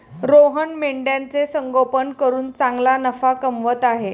रोहन मेंढ्यांचे संगोपन करून चांगला नफा कमवत आहे